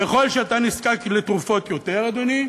ככל שאתה נזקק יותר לתרופות, אדוני,